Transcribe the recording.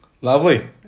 Lovely